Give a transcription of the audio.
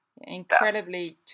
Incredibly